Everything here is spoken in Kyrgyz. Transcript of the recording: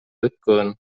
өткөн